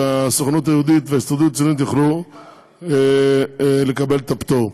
והסוכנות היהודית וההסתדרות הציונית יוכלו לקבל את הפטור.